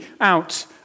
out